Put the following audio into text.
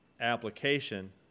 application